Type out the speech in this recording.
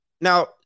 Now